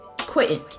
quitting